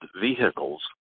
vehicles